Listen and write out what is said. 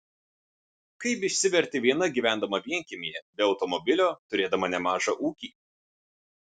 kaip išsiverti viena gyvendama vienkiemyje be automobilio turėdama nemažą ūkį